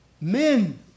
Men